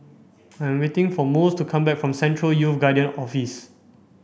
I'm waiting for Mose to come back from Central Youth Guidance Office